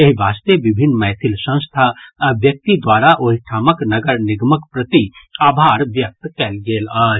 एहि वास्ते विभिन्न मैथिल संस्था आ व्यक्ति द्वारा ओहिठामक नगर निगमक प्रति आभार व्यक्त कयल गेल अछि